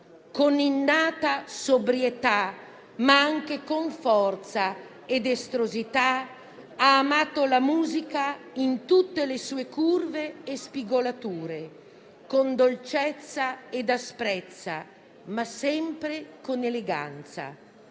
Con innata sobrietà, ma anche con forza ed estrosità ha amato la musica in tutte le sue curve e spigolature, con dolcezza e asprezza, ma sempre con eleganza.